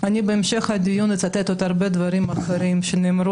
אני בהמשך הדיון אצטט עוד הרבה דברים אחרים שנאמרו